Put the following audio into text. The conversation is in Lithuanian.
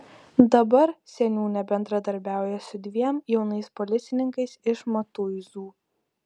dabar seniūnė bendradarbiauja su dviem jaunais policininkais iš matuizų